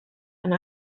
and